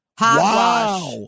Wow